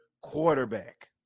quarterback